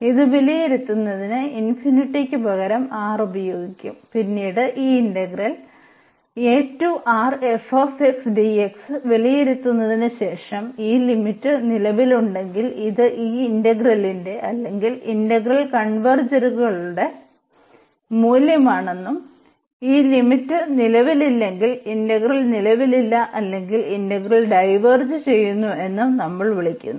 ഇത് വിലയിരുത്തുന്നതിന് പകരം R ഉപയോഗിക്കും പിന്നീട് ഈ ഇന്റഗ്രൽ വിലയിരുത്തുന്നതിന്ശേഷം ഈ ലിമിറ്റ് നിലവിലുണ്ടെങ്കിൽ ഇത് ഈ ഇന്റഗ്രലിന്റെ അല്ലെങ്കിൽ ഇന്റഗ്രൽ കൺവെർജുകളുടെ മൂല്യമാണെന്നും ഈ ലിമിറ്റ് നിലവിലില്ലെങ്കിൽ ഇന്റഗ്രൽ നിലവിലില്ല അല്ലെങ്കിൽ ഇന്റഗ്രൽ ഡൈവേർജ് ചെയ്യുന്നുവെന്ന് നമ്മൾ വിളിക്കുന്നു